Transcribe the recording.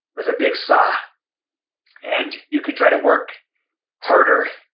with a big saw and you could try to work harder,